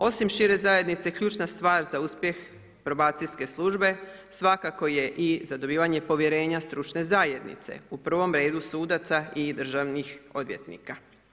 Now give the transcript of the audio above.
Osim šire zajednice, ključna stvar za uspjeh probacijske službe svakako je i za dobivanje povjerenja stručne zajednice u prvom redu sudaca i državnih odvjetnika.